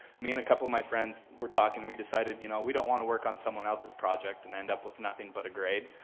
me and a couple of my friends, were talking, we decided you know we don't want to work on someone else-s project and end up with nothing but a grade,